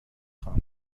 خوام